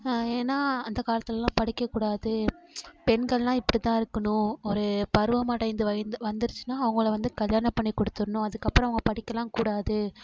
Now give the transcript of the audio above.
ஏன்னால் அந்த காலத்துலெலாம் படிக்கக்கூடாது பெண்களெலாம் இப்படி தான் இருக்கணும் ஒரு பருவமடைந்து வயது வந்துருச்சுனா அவங்கள வந்து கல்யாணம் பண்ணி கொடுத்துர்ணும் அதுக்கப்புறம் அவங்க படிக்கவெலாம் கூடாது